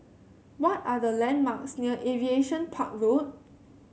what are the landmarks near Aviation Park Road